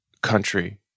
country